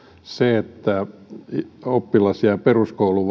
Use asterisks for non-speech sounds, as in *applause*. se että oppilas jää peruskoulun *unintelligible*